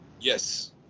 Yes